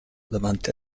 davanti